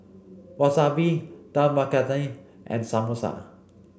Wasabi Dal Makhani and Samosa